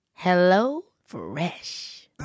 HelloFresh